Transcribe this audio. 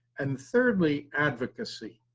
and thirdly, advocacy.